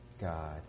God